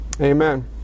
Amen